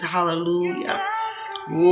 Hallelujah